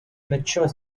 mature